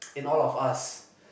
in all of us